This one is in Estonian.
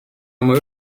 oma